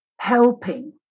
helping